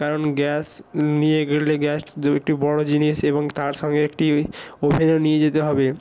কারণ গ্যাস নিয়ে গেলে গ্যাস একটি বড়ো জিনিস এবং তার সঙ্গে একটি ওভেনও নিয়ে যেতে হবে